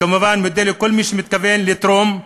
כמובן מודה לכל מי שמתכוון לתרום,